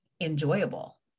enjoyable